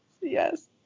Yes